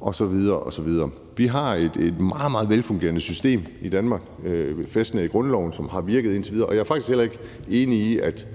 osv. osv. Vi har et meget, meget velfungerende system i Danmark fæstnet i grundloven, som har virket indtil videre. Jeg er faktisk heller ikke enig i, at